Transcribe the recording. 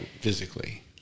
physically